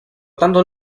tanto